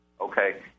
Okay